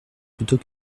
plutôt